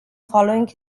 following